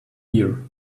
here